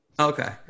Okay